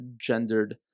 gendered